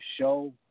show